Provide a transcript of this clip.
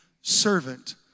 servant